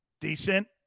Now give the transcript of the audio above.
Decent